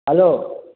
hello